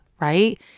right